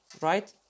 right